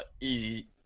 easy